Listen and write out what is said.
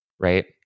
right